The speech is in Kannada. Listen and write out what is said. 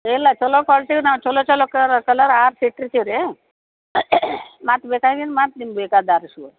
ಎಲ್ಲ ಚಲೋ ಕ್ವಾಲ್ಟೀವು ನಾವು ಚಲೋ ಚಲೋ ಕಲರ್ ಆರಿಸಿ ಇಟ್ಟಿರ್ತೀವಿ ರೀ ಮತ್ತು ಬೇಕಾಗಿದ್ ಮತ್ತು ನಿಮ್ಮ ಬೇಕಾದ್ದು ಆರಿಸ್ಕೊಳ್ರಿ